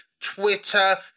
Twitter